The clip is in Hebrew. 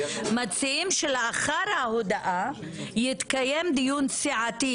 מציעים שלאחר ההודעה יתקיים דיון סיעתי,